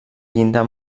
llinda